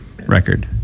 record